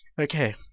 Okay